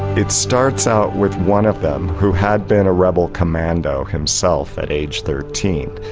it starts out with one of them, who had been a rebel commando himself at age thirteen,